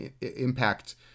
impact